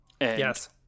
Yes